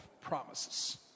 promises